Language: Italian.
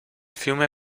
fiume